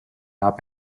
hop